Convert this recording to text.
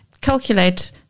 calculate